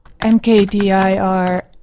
MKDIR